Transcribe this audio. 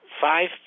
five